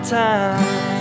time